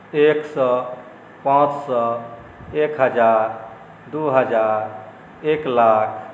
एक सए पाँच सए एक हजार दू हजार एक लाख